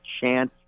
chance